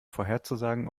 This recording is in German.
vorherzusagen